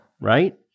Right